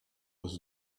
was